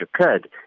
occurred